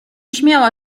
śmiała